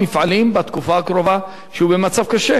שלא תהיה ברירה.